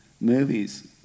movies